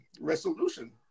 resolution